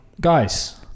guys